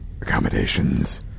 accommodations